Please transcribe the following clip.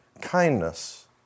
Kindness